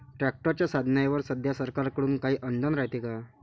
ट्रॅक्टरच्या साधनाईवर सध्या सरकार कडून काही अनुदान रायते का?